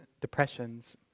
depressions